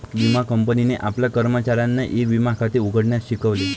विमा कंपनीने आपल्या कर्मचाऱ्यांना ई विमा खाते उघडण्यास शिकवले